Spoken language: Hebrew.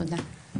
תודה.